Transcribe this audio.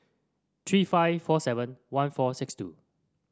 three five four seven one four six two